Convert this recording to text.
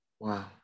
Wow